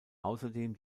außerdem